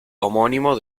homónimo